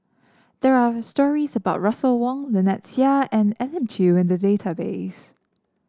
there are stories about Russel Wong Lynnette Seah and Elim Chew in the database